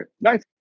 nice